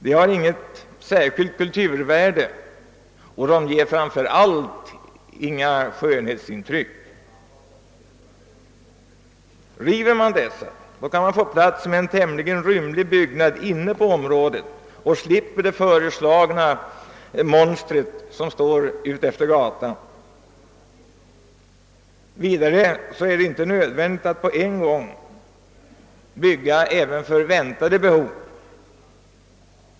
De har inget särskilt kulturvärde och ger framför allt inga skönhetsintryck. River man dem kan man få plats med en tämligen rymlig byggnad inne på området och slipper det föreslagna monstret utefter gatan. Vidare är det inte nödvändigt att på en gång bygga även för väntade behov.